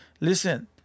listen